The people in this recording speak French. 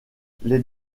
les